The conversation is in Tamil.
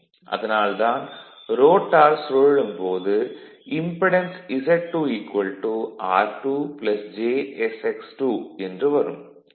அதனால் தான் ரோட்டார் சுழலும் போது impedance z2 r2 j s x2 என்று வரும்